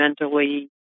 mentally